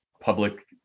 public